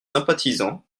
sympathisants